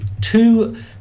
two